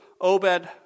Obed